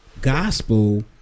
gospel